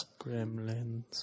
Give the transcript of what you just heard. Gremlins